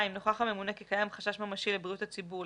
נוכח הממונה כיקיים חשש ממשי לבריאות הציבור,